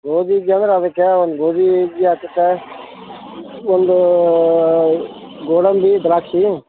ಗೋಧಿ ಹುಗ್ಗಿ ಅಂದರೆ ಅದಕ್ಕೆ ಒಂದು ಗೋಧಿ ಹುಗ್ಗಿ ಒಂದು ಗೋಡಂಬಿ ದ್ರಾಕ್ಷಿ